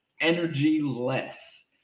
energy-less